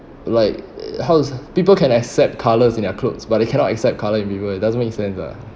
like how people can accept colours in their clothes but they cannot accept colour in people it doesn't make sense ah